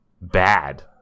bad